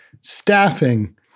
staffing